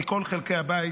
מכל חלקי הבית,